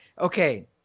Okay